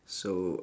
so